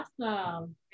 Awesome